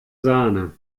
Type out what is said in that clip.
sahne